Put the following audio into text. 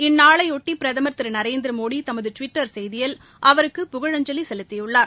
இந்நாளையொட்டி பிரதமர் திரு நரேந்திரமோடி தமது டிவிட்டர் செய்தியில் அவருக்கு புகழஞ்சலி செலுத்தியுள்ளார்